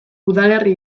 udalerri